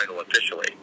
officially